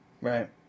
Right